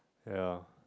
ya